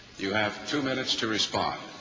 you have two minutes to respond.